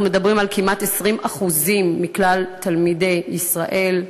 אנחנו מדברים על כמעט 20% מכלל תלמידי ישראל,